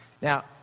Now